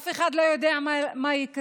אף אחד לא יודע מה יקרה.